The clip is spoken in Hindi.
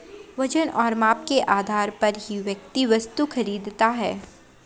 वजन और माप के आधार पर ही व्यक्ति वस्तु खरीदता है